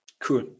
cool